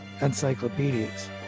encyclopedias